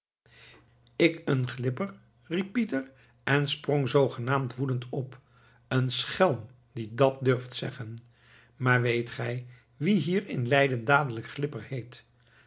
ik een glipper riep pieter en sprong zoogenaamd woedend op een schelm die dat durft zeggen maar weet gij wie hier in leiden dadelijk glipper heet